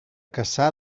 cassà